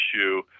issue